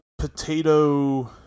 potato